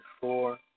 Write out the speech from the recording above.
four